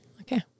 okay